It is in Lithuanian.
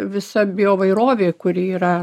visa bio įvairovė kuri yra